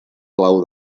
clau